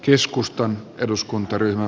arvoisa puhemies